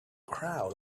crowd